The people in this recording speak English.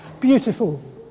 beautiful